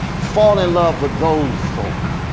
fall in love with those folk,